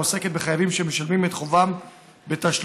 העוסקת בחייבים שמשלמים את חובם בתשלומים,